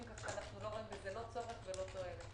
כך שאנו לא רואים בזה לא צורך ולא תועלת.